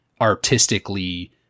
artistically